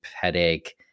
headache